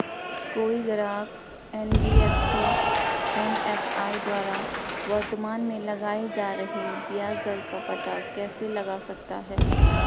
कोई ग्राहक NBFC MFI द्वारा वर्तमान में लगाए जा रहे ब्याज दर का पता कैसे लगा सकता है?